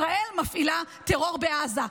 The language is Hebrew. ישראל מפעילה טרור בעזה.